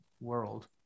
world